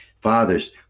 fathers